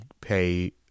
pay